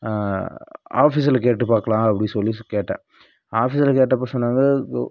ஆஃபீஸ்ல கேட்டுப் பார்க்கலாம் அப்படின்னு சொல்லி கேட்டேன் ஆஃபீஸ்ல கேட்டப்போ சொன்னாங்க